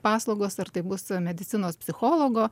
paslaugos ar tai bus medicinos psichologo